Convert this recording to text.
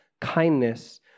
kindness